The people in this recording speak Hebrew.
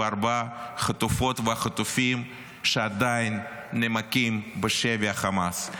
החטופות והחטופים שעדיין נמקים בשבי החמאס.